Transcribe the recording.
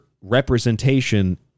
representation